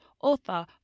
author